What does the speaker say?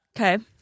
Okay